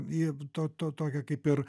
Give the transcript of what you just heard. į to to tokią kaip ir